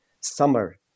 summer